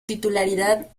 titularidad